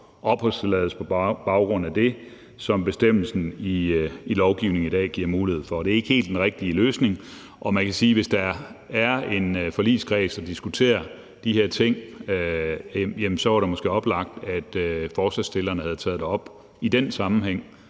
opholdstilladelse på baggrund af det, som bestemmelsen i lovgivningen i dag giver mulighed for. Det er ikke helt den rigtige løsning, og man kan sige, at hvis der var en forligskreds, som diskuterer de her ting, var det måske oplagt, at forslagsstillerne havde taget det op i den sammenhæng.